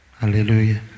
Hallelujah